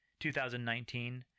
2019